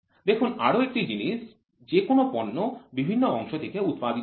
দেখুন আরও একটি জিনিস যে কোন পণ্য বিভিন্ন অংশ থেকে উৎপাদিত হয়